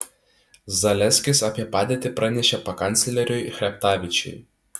zaleskis apie padėtį pranešė pakancleriui chreptavičiui